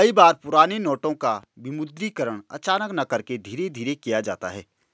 कई बार पुराने नोटों का विमुद्रीकरण अचानक न करके धीरे धीरे किया जाता है